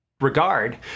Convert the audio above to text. regard